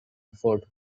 fort